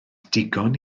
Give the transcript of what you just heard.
digon